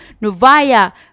Novaya